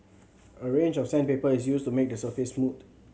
a range of sandpaper is used to make the surface smooth